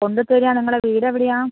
കൊണ്ടുവന്ന് തരാം നിങ്ങളുടെ വീട് എവിടെയാണ്